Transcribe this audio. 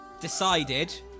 decided